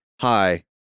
hi